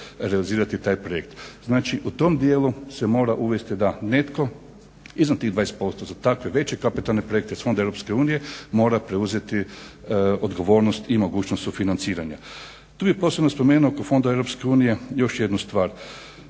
realizirati taj projekt. Znači u tom dijelu se mora uvesti da netko iznad tih 20% za takve veće kapitalne projekte iz fondova Europske unije mora preuzeti odgovornost i mogućnost sufinanciranja. Tu bih posebno spomenuo kod fondova Europske unije još jednu stvar.